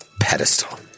pedestal